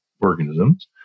organisms